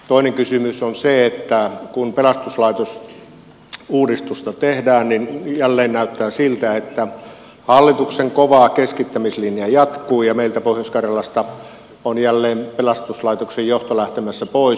toinen kysymys on se että kun pelastuslaitosuudistusta tehdään jälleen näyttää siltä että hallituksen kova keskittämislinja jatkuu ja meiltä pohjois karjalasta on jälleen pelastuslaitoksen johto lähtemässä pois